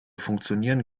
funktionieren